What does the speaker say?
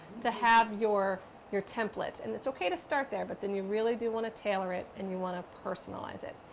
to have your your template. and it's okay to start there, but then you really do want to tailor it and you want to personalize it.